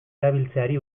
erabiltzeari